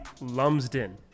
Lumsden